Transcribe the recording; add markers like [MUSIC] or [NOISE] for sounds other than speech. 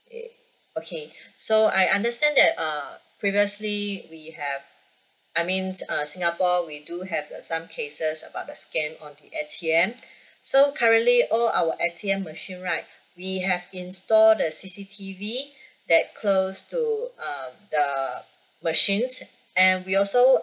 [NOISE] okay so I understand that err previously we have I means err singapore we do have a some cases about the scam on the A_T_M [BREATH] so currently all our A_T_M machine right we have install the C_C_T_V that close to err the machines and we also